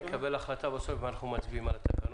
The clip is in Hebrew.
נקבל החלטה בסוף אם אנחנו מצביעים על התקנות,